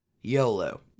YOLO